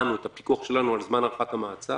או את הפיקוח שלנו על זמן הארכת המעצר.